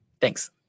Thanks